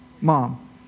mom